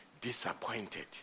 disappointed